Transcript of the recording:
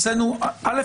א.